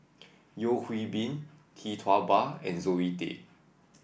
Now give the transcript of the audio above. Yeo Hwee Bin Tee Tua Ba and Zoe Tay